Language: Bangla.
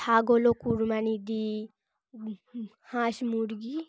ছাগলো কুরমানি দিই হাঁস মুরগি